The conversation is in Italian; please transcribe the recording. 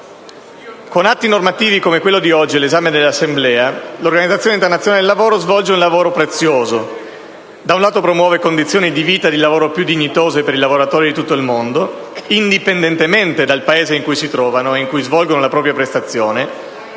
Con atti normativi come quello oggi all'esame dell'Assemblea, l'Organizzazione internazionale del lavoro svolge un lavoro prezioso: da un lato promuove condizioni di vita e di lavoro più dignitose per i lavoratori di tutto il mondo, indipendentemente dal Paese in cui si trovano e in cui svolgono la propria prestazione,